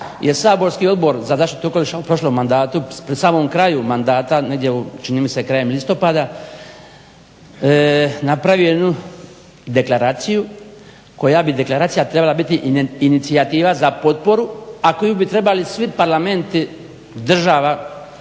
je saborski Odbor za zaštitu okoliša u prošlom mandatu, pri samom kraju mandata, negdje u, čini mi se krajem listopada, napravio jednu deklaraciju koja bi deklaracija trebala biti inicijativa za potporu, a koju bi trebali svi Parlamenti država